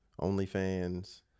OnlyFans